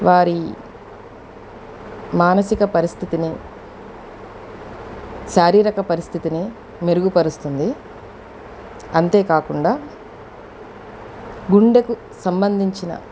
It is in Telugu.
వారి మానసిక పరిస్థితిని శారీరక పరిస్థితిని మెరుగు పరుస్తుంది అంతే కాకుండా గుండెకు సంబంధించిన